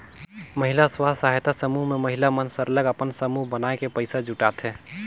महिला स्व सहायता समूह में महिला मन सरलग अपन समूह बनाए के पइसा जुटाथें